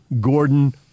Gordon